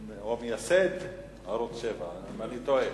או מייסד ערוץ-7, אני טועה?